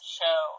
show